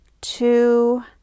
two